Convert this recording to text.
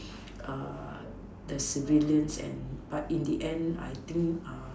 the civilians and but in the end I think